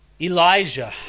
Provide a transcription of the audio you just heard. Elijah